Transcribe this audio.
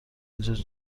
اینجا